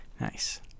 Nice